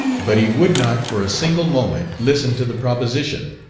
but he would not for a single moment listen to the proposition.